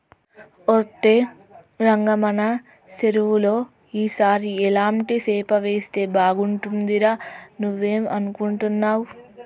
ఒరై రంగ మన సెరువులో ఈ సారి ఎలాంటి సేప వేస్తే బాగుంటుందిరా నువ్వేం అనుకుంటున్నావ్